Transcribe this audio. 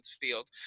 field